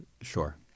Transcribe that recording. Sure